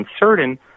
uncertain